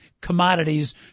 commodities